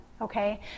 okay